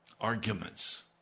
Arguments